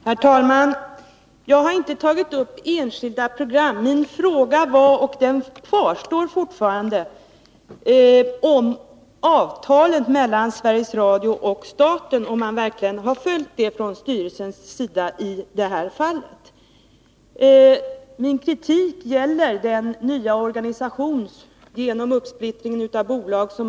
Herr talman! Jag har inte tagit upp enskilda program. Min fråga — som fortfarande kvarstår — var om man från styrelsens sida i detta fall verkligen har följt avtalet mellan Sveriges Radio och staten. Min kritik gäller den nya organisation som tillkom genom uppsplittringen i bolag.